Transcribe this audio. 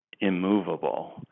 immovable